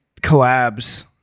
collabs